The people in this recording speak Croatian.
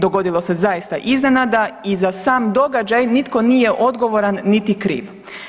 Dogodilo se zaista iznenada i za sam događaj nitko nije odgovoran, niti kriv.